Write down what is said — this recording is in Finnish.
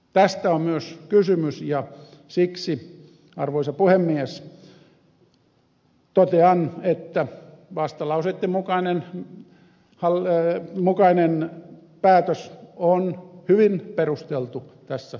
tästä on myös kysymys ja siksi arvoisa puhemies totean että vastalauseitten mukainen päätös on hyvin perusteltu tässä tilanteessa